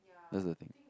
that's the thing